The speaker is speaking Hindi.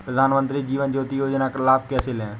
प्रधानमंत्री जीवन ज्योति योजना का लाभ कैसे लें?